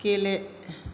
गेले